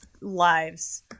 lives